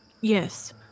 Yes